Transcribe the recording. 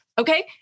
okay